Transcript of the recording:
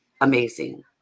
amazing